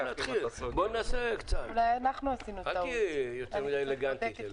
אל תהיי יותר מידי אלגנטית.